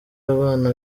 abana